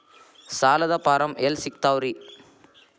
ಸಾಲದ ಫಾರಂ ಎಲ್ಲಿ ಸಿಕ್ತಾವ್ರಿ?